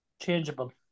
Changeable